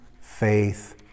faith